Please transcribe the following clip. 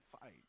fight